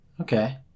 Okay